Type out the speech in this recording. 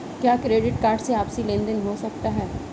क्या credit card से आपसी लेनदेन हो सकता है?